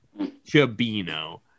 chabino